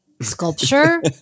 sculpture